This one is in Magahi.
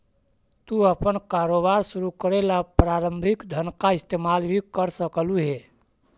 तू अपन कारोबार शुरू करे ला प्रारंभिक धन का इस्तेमाल भी कर सकलू हे